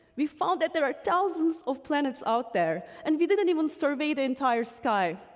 we found that there are thousands of planets out there, and we didn't even survey the entire sky.